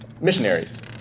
Missionaries